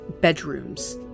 bedrooms